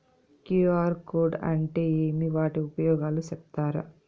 QR code అంటే ఏమి వాటి ఉపయోగాలు సెప్తారా?